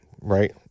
right